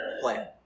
plan